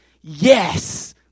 yes